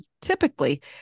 Typically